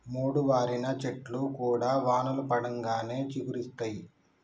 మోడువారిన చెట్లు కూడా వానలు పడంగానే చిగురిస్తయి